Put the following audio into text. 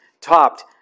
topped